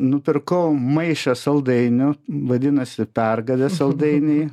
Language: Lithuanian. nupirkau maišą saldainių vadinasi pergalės saldainiai